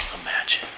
imagine